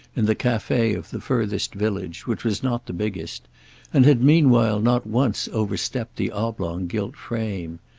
in the cafe of the furthest village, which was not the biggest and had meanwhile not once overstepped the oblong gilt frame.